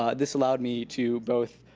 ah this allowed me to both